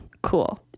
Cool